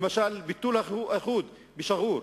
למשל, ביטול האיחוד בשגור,